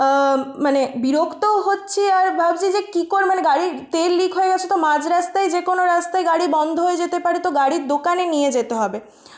মানে বিরক্তও হচ্ছি আর ভাবছি যে কী করে মানে গাড়ির তেল লিক হয়ে গেছে তো মাঝ রাস্তায় যে কোনো রাস্তায় গাড়ি বন্ধ হয়ে যেতে পারে তো গাড়ির দোকানে নিয়ে যেতে হবে